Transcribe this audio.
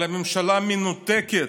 על ממשלה מנותקת,